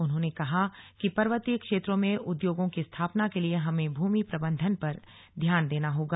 उन्होंने कहा कि पर्वतीय क्षेत्रों में उद्योगों की स्थापना के लिए हमें भूमि प्रबंधन पर ध्यान देना होगा